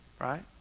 right